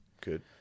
good